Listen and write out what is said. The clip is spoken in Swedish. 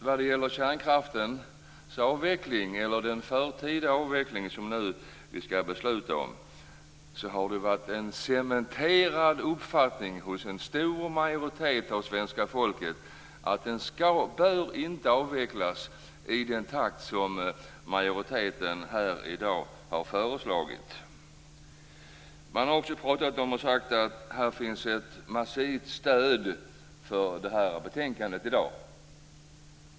När det gäller kärnkraftens avveckling eller den förtida avveckling som vi skall nu besluta om har det varit en cementerad uppfattning hos en stor majoritet av svenska folket att man inte bör avveckla i den takt som majoriteten här har föreslagit. Man har sagt att det finns ett massivt stöd för betänkandet i dag.